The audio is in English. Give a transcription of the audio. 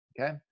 Okay